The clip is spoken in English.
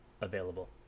available